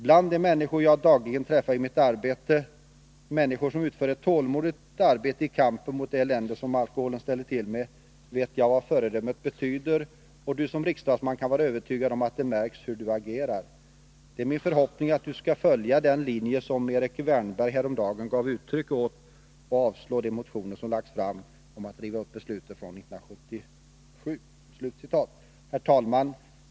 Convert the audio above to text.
Bland de människor jag dagligen träffar i mitt arbete — människor som utför ett tålmodigt arbete i kamp mot det elände som alkohol ställer till med — vet man vad föredömet betyder och Du som riksdagsman kan vara övertygad om att det märks hur Du agerar. Det är min förhoppning att Du ska följa den linje 139 som Erik Wärnberg härom dagen gav uttryck åt och avslå de motioner som lagts om att riva upp beslutet från 1977.” Herr talman!